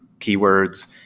keywords